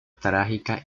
trágica